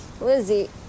Lizzie